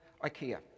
Ikea